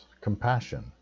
compassion